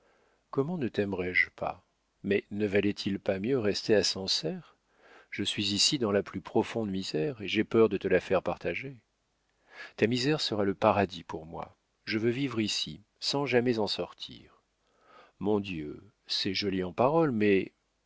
comment ne taimerais je pas mais ne valait-il pas mieux rester à sancerre je suis ici dans la plus profonde misère et j'ai peur de te la faire partager ta misère sera le paradis pour moi je veux vivre ici sans jamais en sortir mon dieu c'est joli en paroles mais